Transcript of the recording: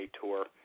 Tour